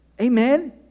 Amen